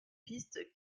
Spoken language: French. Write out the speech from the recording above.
pistes